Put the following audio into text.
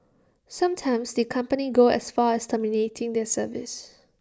sometimes the company go as far as terminating their service